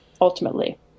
ultimately